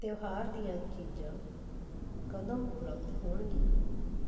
ਤਿਉਹਾਰ ਦੀਆਂ ਚੀਜ਼ਾਂ ਕਦੋਂ ਉਪਲਬਧ ਹੋਣਗੀਆਂ